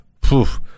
poof